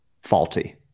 faulty